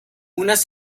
unas